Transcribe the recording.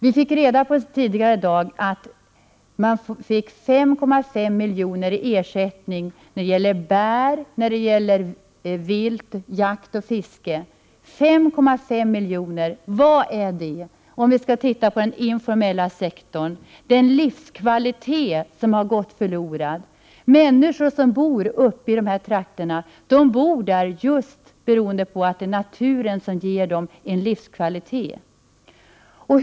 Tidigare i dag upplystes om att det betalats ut 5,5 milj.kr. i ersättning när det gäller bär, vilt, jakt och fiske. 5,5 milj.kr., vad innebär det — om man skall se till den informella sektorn — i jämförelse med den livskvalitet som gått förlorad? De människor som bor i de här trakterna, bor där just för att naturen ger dem en livskvalitet.